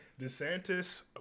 DeSantis